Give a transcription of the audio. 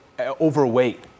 overweight